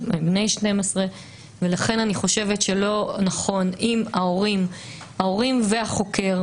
ולכן אני חושבת שאם ההורים והחוקר,